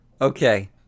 Okay